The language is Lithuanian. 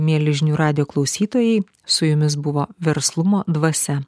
mieli žinių radijo klausytojai su jumis buvo verslumo dvasia